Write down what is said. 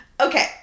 Okay